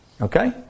Okay